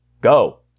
Go